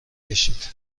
کشید